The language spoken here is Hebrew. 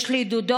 יש לי דודות,